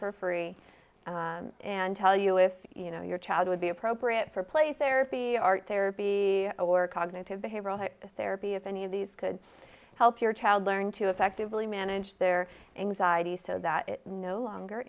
for free and tell you if you know your child would be appropriate for a place there be art therapy or cognitive behavioral therapy if any of these could help your child learn to effectively manage their anxiety so that it no longer